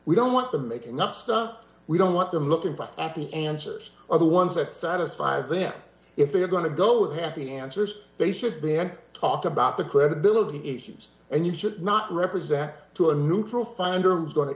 we don't want them making up stuff we don't want them looking back at the answers are the ones that satisfy them if they're going to go with happy answers they should be and talked about the credibility issues and you should not represent to a neutral finder was go